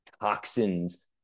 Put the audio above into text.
toxins